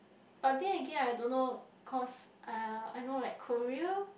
but then again I don't know because uh I know like Korea